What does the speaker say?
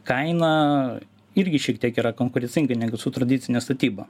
kaina irgi šiek tiek yra konkurencinga negu su tradicine statyba